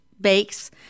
Bakes